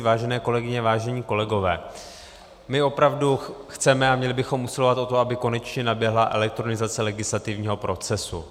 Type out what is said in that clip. Vážené kolegyně, vážení kolegové, my opravdu chceme a měli bychom usilovat o to, aby konečně naběhla elektronizace legislativního procesu.